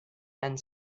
and